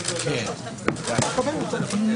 מחר בע"ה